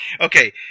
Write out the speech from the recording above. Okay